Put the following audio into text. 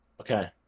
Okay